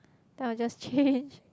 then I will just change